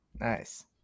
nice